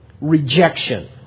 rejection